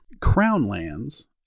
Crownlands